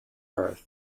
earth